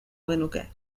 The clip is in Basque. genuke